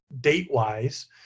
date-wise